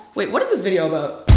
wait, what is this video about?